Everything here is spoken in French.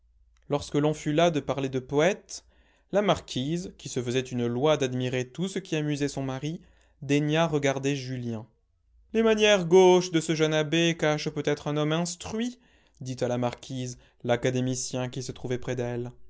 lorsque l'on fut las de parler de poètes la marquise qui se faisait une loi d'admirer tout ce qui amusait son mari daigna regarder julien les manières gauches de ce jeune abbé cachent peut-être un homme instruit dit à la marquise l'académicien qui se trouvait près d'elle